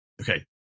Okay